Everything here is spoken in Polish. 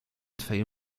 twej